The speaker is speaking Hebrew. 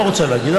אני לא רוצה להגיד,